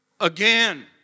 again